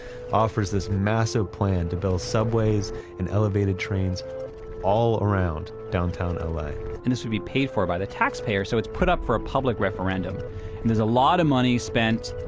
offers this massive plan to build subways and elevated trains all around downtown l a and this would be paid for by the taxpayer. so it's put up for a public referendum and there's a lot of money spent.